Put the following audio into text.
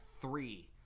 three